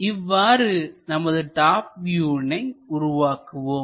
இவ்வாறு நமது டாப் வியூவினை உருவாக்குவோம்